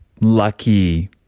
lucky